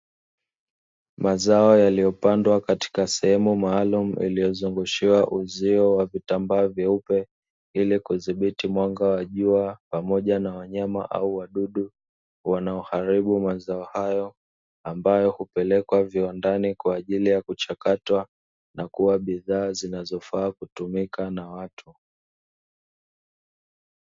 Mazao yaliyopandwa katika sehemu maalumu iliozungushiwa uzio wa vitambaa vyeupe ili kudhibiti mwanga wa juu pamoja na wanyama au wadudu, wanaoharibu mazao hayo ambayo hupelekwa viwandani kwa ajili ya kuchakatwa na kuwa bidhaa zinazofaa kutumika na watu.